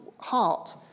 heart